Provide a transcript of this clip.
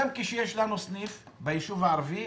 גם כשיש לנו סניף ביישוב הערבי,